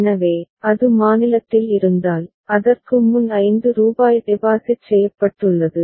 எனவே அது மாநிலத்தில் இருந்தால் அதற்கு முன் 5 ரூபாய் டெபாசிட் செய்யப்பட்டுள்ளது